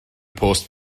post